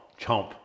chomp